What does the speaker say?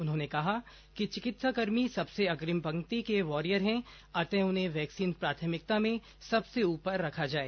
उन्होंने कहा कि चिकित्साकर्मी सबसे अग्रिम पंक्ति के वॉरियर हैं अतः उन्हें वैक्सीन प्राथमिकता में सबसे ऊपर रखा जाए